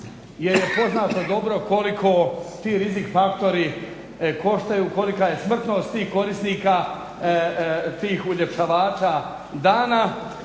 jer je poznato dobro koliko to rizik faktori koštaju, kolika je smrtnost tih korisnika tih uljepšivača dana